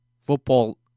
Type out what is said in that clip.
Football